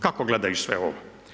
Kako gledaju sve ovo?